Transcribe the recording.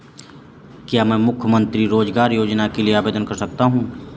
क्या मैं मुख्यमंत्री रोज़गार योजना के लिए आवेदन कर सकता हूँ?